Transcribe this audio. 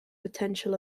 potential